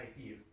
idea